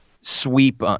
sweep